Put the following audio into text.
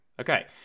Okay